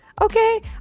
Okay